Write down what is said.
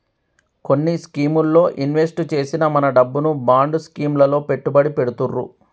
కొన్ని స్కీముల్లో ఇన్వెస్ట్ చేసిన మన డబ్బును బాండ్ స్కీం లలో పెట్టుబడి పెడతుర్రు